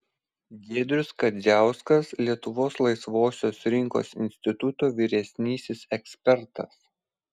giedrius kadziauskas lietuvos laisvosios rinkos instituto vyresnysis ekspertas